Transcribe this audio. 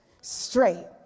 straight